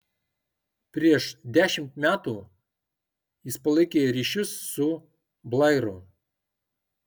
prieš dešimt metų jis palaikė ryšius su blairu